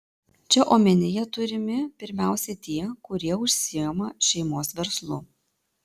čia omenyje turimi pirmiausia tie kurie užsiima šeimos verslu